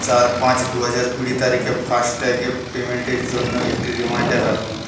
চার পাঁচ দুহাজার কুড়ি তারিখে ফাস্ট্যাগে পেমেন্টের জন্য একটি রিমাইন্ডার রাখুন